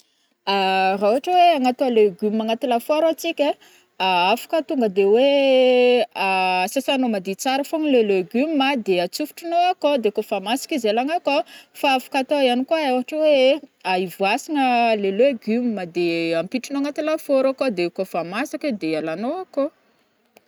Ra ôhatra oe agnatao légumes agnaty la for antsika ai, afaka tonga de oe sasagna madio tsara fogna le légumes a, de atsofotronao akao de kô fa masaka izy alagna akao, fa afaka atao ihany kô ôhatra oe ivoasagna le légumes de ampiditrinô agnaty lafaoro akao de kô fa masaka de alagnao akô.